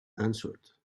answered